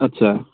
আচ্ছা